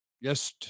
Yes